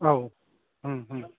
औ